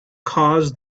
caused